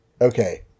okay